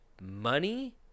money